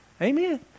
Amen